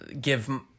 give